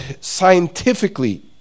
scientifically